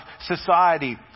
society